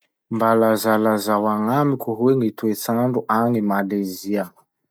Mba lazalazao agnamiko hoe gny toetsandro agny Malezia?